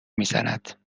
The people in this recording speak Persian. میزند